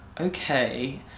okay